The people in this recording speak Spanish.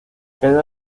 caída